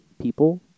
people